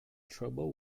trouble